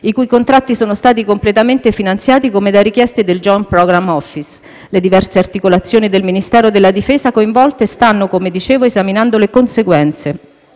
i cui contratti sono stati completamente finanziati come da richieste del Joint Program Office. Le diverse articolazioni del Ministero della difesa coinvolte stanno, come dicevo, esaminando le conseguenze